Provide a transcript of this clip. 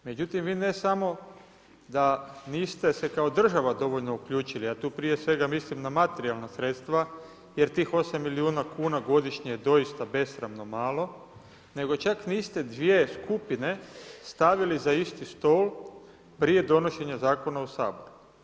Međutim vi ne samo da niste se kao država dovoljno uključili a tu prije svega mislim na materijalna sredstva jer tih 8 milijuna kuna godišnje je doista besramno malo nego čak niste dvije skupine stavili za isti stol prije donošenja zakona u Sabor.